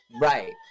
Right